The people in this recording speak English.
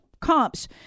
comps